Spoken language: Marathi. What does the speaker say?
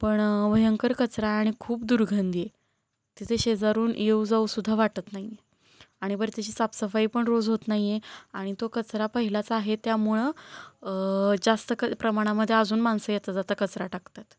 पण भयंकर कचरा आणि खूप दुर्गंधी आहे तिथे शेजारून येऊ जाऊसुद्धा वाटत नाही आहे आणि बर त्याची साफसफाई पण रोज होत नाही आहे आणि तो कचरा पहिलाच आहे त्यामुळं जास्त क प्रमाणामध्ये अजून माणसं येता जाता कचरा टाकतात